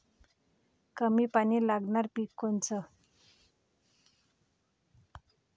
कमी पानी लागनारं पिक कोनचं?